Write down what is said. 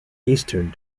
eastern